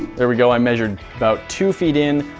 there we go. i measured about two feet in.